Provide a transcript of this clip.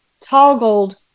toggled